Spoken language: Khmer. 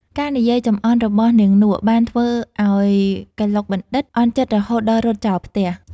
ការនិយាយចំអន់របស់នាងនក់ បានធ្វើឱ្យកឡុកបណ្ឌិត្យ អន់ចិត្តរហូតដល់រត់ចោលផ្ទះ។